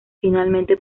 finalmente